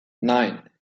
nein